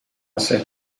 ser